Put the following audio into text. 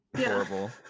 Horrible